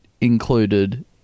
included